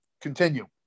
continue